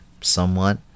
somewhat